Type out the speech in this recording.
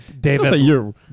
David